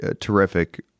terrific